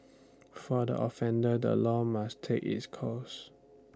for the offender the law must take its course